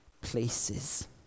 places